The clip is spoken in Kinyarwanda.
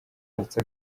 ndetse